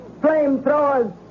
flamethrowers